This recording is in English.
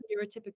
neurotypical